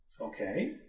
Okay